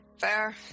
Fair